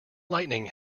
lightning